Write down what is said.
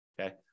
okay